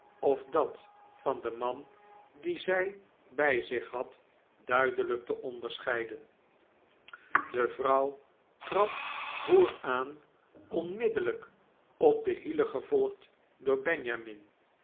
of dat van den man die zy by zich had duideljjk te onderscheiden de vrouw trad vooraan onmiddellijk op de hielen gevolgd door benjamin